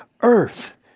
earth